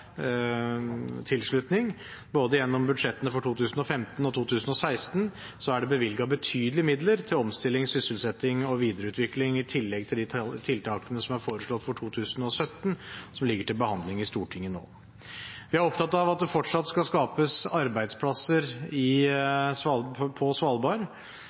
tilslutning. Gjennom budsjettene for både 2015 og 2016 er det bevilget betydelige midler til omstilling, sysselsetting og videreutvikling, i tillegg til de tiltakene som er foreslått for 2017, og som ligger til behandling i Stortinget nå. Vi er opptatt av at det fortsatt skal skapes arbeidsplasser på Svalbard